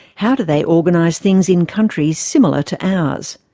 how do they organise things in countries similar to ours?